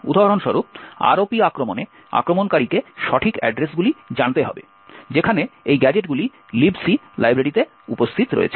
উদাহরণস্বরূপ ROP আক্রমণে আক্রমণকারীকে সঠিক অ্যাড্রেসগুলি জানতে হবে যেখানে এই গ্যাজেটগুলি Libc লাইব্রেরিতে উপস্থিত রয়েছে